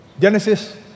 Genesis